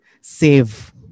Save